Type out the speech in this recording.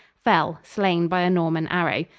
fell, slain by a norman arrow.